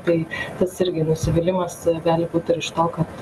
tai tas irgi nusivylimas gali būt ir iš to kad